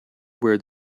where